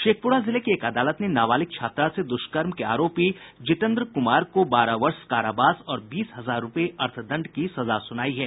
शेखपुरा जिले की एक अदालत ने नाबालिग छात्रा से दुष्कर्म के आरोपी जितेन्द्र कुमार को बारह वर्ष कारावास और बीस हजार रूपये अर्थदंड की सजा सुनायी है